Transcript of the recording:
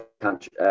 country